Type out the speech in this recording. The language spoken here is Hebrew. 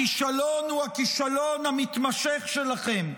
הכישלון הוא הכישלון המתמשך שלכם,